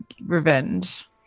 revenge